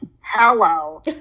hello